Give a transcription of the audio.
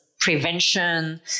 prevention